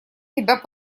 тебя